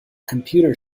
computer